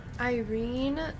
Irene